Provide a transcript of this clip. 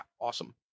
Awesome